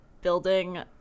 building